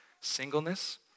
singleness